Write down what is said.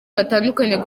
batandukanye